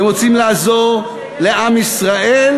כל פעם שיש,